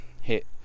hit